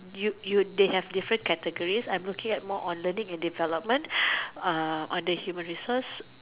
you you they have different categories I'm looking at more on learning and development uh on the human resource